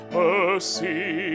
mercy